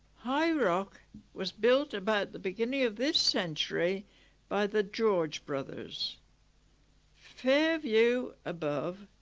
high rock was built about the beginning of this century by the george brothers fairview above,